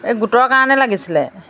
এই গোটৰ কাৰণে লাগিছিলে